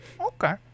okay